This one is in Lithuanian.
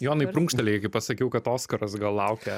jonai prunkštelėjai kai pasakiau kad oskaras gal laukia